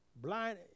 Blind